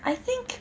I think